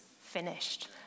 finished